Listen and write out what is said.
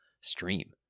stream